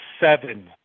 seven